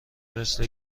مثل